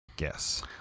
Yes